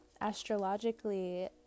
astrologically